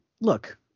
look